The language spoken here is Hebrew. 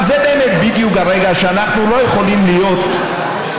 אבל זה באמת בדיוק הרגע שבו אנחנו לא יכולים להיות כנסת